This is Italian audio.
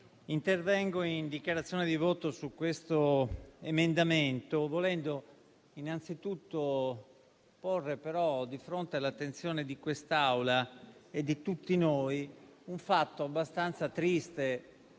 intervengo in dichiarazione di voto su questo emendamento, volendo innanzitutto porre, di fronte all'attenzione di quest'Aula e di tutti noi, un fatto abbastanza triste